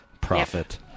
Profit